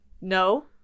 No